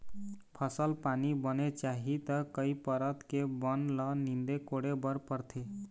फसल पानी बने चाही त कई परत के बन ल नींदे कोड़े बर परथे